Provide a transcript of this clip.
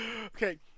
Okay